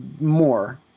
more